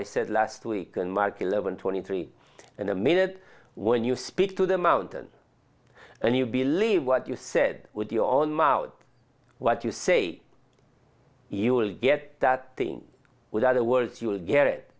i said last week and mark eleven twenty three and a minute when you speak to the mountain and you believe what you said with your own mouth what you say you will get that thing with other words you will get it